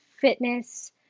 fitness